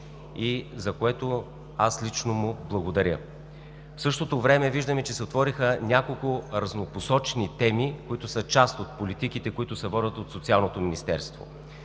за което аз лично му благодаря. В същото време виждаме, че се отвориха няколко разнопосочни теми, които са част от политиките, които се водят от Социалното министерство.